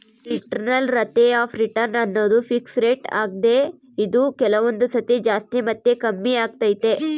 internal rate of return ಅನ್ನೋದು fix rate ಆಗ್ದೆ ಇದು ಕೆಲವೊಂದು ಸತಿ ಜಾಸ್ತಿ ಮತ್ತೆ ಕಮ್ಮಿಆಗ್ತೈತೆ